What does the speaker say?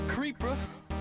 Creeper